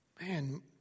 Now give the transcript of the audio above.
man